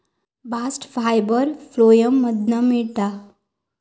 bast fibre phloem मधना मिळता